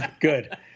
Good